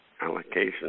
allocation